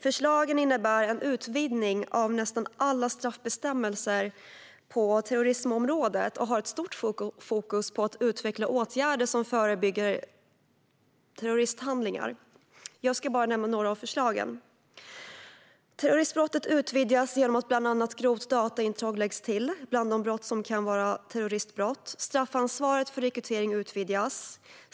Förslagen innebär en utvidgning av nästan alla straffbestämmelser på terrorismområdet och har ett starkt fokus på att utveckla åtgärder som förebygger terroristhandlingar. Jag ska bara nämna några av förslagen. Terroristbrottet utvidgas genom att bland annat grovt dataintrång läggs till bland de brott som kan vara terroristbrott. Straffansvaret för rekrytering utvidgas.